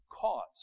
cause